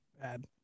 bad